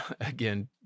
again